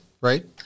right